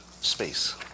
space